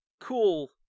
cool